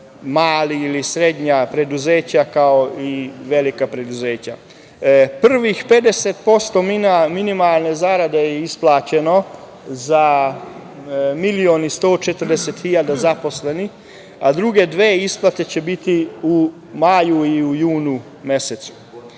mala ili srednja preduzeća, kao i velika preduzeća. Prvih 50% minimalne zarade je isplaćeno za 1.140.000 zaposlenih, a druge dve isplate će biti u maju i u junu mesecu.